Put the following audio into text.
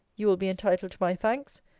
you will be entitled to my thanks,